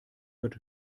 wird